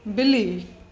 ॿिली